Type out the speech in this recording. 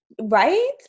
Right